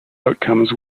outcomes